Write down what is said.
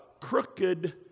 crooked